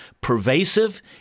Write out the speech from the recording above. pervasive